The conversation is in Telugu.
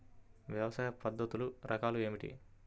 వ్యవసాయ పద్ధతులు రకాలు ఏమిటి?